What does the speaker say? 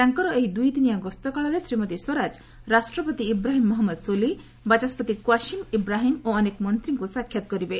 ତାଙ୍କର ଏହି ଦୁଇଦିନିଆ ଗସ୍ତ କାଳରେ ଶ୍ରୀମତୀ ସ୍ୱରାଜ ରାଷ୍ଟ୍ରପତି ଇବ୍ରାହିମ ମହମ୍ମଦ ସୋଲିହ ବାଚସ୍କତି କ୍ୱାସିମ୍ ଇବ୍ରାହିମ୍ ଓ ଅନେକ ମନ୍ତ୍ରୀଙ୍କୁ ସାକ୍ଷାତ୍ କରିବେ